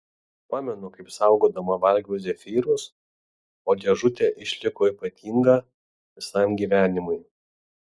pamenu kaip saugodama valgiau zefyrus o dėžutė išliko ypatinga visam gyvenimui